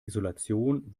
isolation